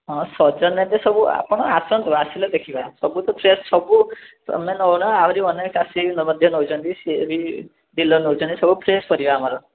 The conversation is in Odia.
ହଁ ସଜନା ଯେ ସବୁ ଆପଣ ଆସନ୍ତୁ ଆସିଲେ ଦେଖିବା ସବୁତ ଫ୍ରେଶ୍ ସବୁ ତମେ ନଉନା ଆହୁରି ଅନେକ ଆସିକି ମଧ୍ୟ ନେଉଛନ୍ତି ସିଏବି ଡିଲର ନେଉଛନ୍ତି ସବୁ ଫ୍ରେଶ୍ ପରିବା ଆମର